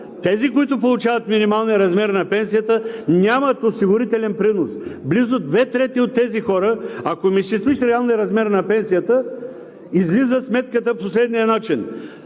тези, които получават минималния размер на пенсията, нямат осигурителен принос. Близо две трети от тези хора, ако им изчислиш реалния размер на пенсията, излиза сметката по следния начин: